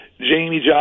Jamie